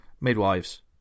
Midwives